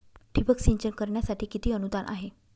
ठिबक सिंचन करण्यासाठी किती अनुदान आहे?